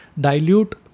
dilute